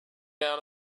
down